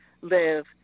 live